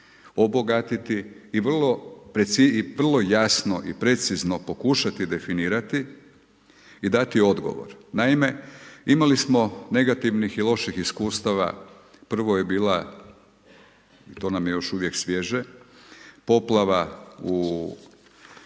obogatiti i vrlo jasno i precizno pokušati definirati i dati odgovor. Naime, imali smo, negativnih i loših iskustava, prvo je bila to nam je još uvijek sviježe poplava u